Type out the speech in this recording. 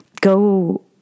go